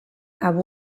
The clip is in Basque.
abu